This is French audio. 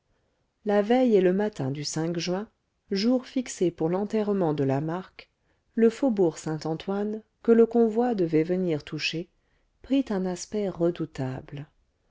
la veille et le matin du juin jour fixé pour l'enterrement de lamarque le faubourg saint-antoine que le convoi devait venir toucher prit un aspect redoutable